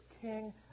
king